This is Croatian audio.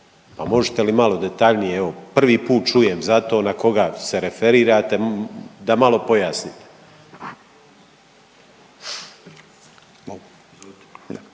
možete li malo detaljnije, evo prvi put čujem za to na koga se referirate da malo pojasnim.